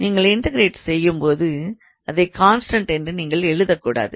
நீங்கள் இன்டகரேட் செய்யும் போது அதை கான்ஸ்டண்ட் என்று நீங்கள் எழுதக் கூடாது